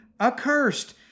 accursed